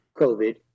COVID